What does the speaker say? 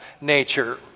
nature